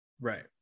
Right